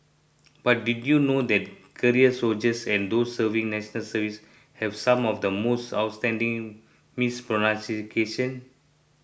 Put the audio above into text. but did you know that career soldiers and those serving National Service have some of the most outstanding mispronunciation